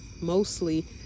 mostly